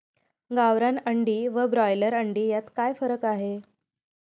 गावरान अंडी व ब्रॉयलर अंडी यात काय फरक आहे?